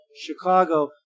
Chicago